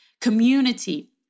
community